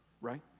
right